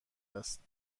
است